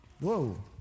whoa